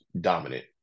dominant